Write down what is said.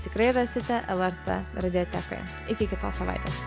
tikrai rasite lrt radiotekoje iki kitos savaitės